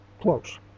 Close